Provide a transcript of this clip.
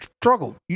struggle